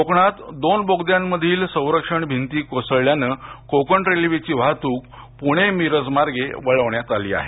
कोकणात दोन बोग्द्यांमधील सुरक्षा भिंत कोसळल्याने कोकण रेल्वे ची वाहत्क पूणे मिरज मार्गे वळवण्यात आली आहे